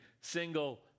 single